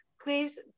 please